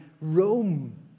Rome